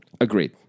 Agreed